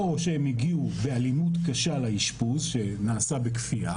או שהם הגיעו ואלימות קשה לאשפוז שנעשה בכפייה.